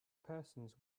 persons